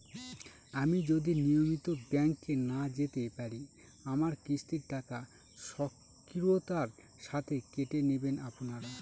আমি যদি নিয়মিত ব্যংকে না যেতে পারি আমার কিস্তির টাকা স্বকীয়তার সাথে কেটে নেবেন আপনারা?